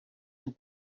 and